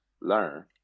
learn